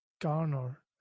garner